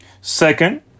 Second